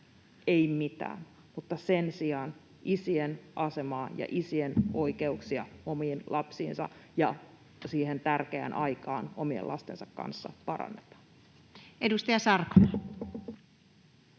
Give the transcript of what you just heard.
ei mitään — mutta sen sijaan isien asemaa ja isien oikeuksia omiin lapsiinsa ja siihen tärkeään aikaan omien lastensa kanssa parannetaan. [Speech